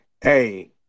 Hey